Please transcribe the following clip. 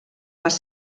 les